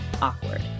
awkward